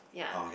yea